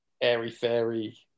airy-fairy